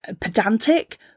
pedantic